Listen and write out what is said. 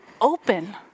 open